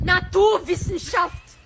Naturwissenschaft